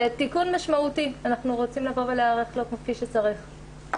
זה תיקון משמעותי ואנחנו רוצים להיערך לו כפי שצריך.